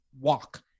walk